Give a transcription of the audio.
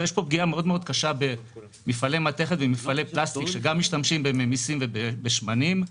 יש פה פגיעה קשה במפעלי מתכת ובמפעלי פלסטיק שמשתמשים בממיסים ובשמנים.